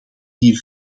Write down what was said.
hier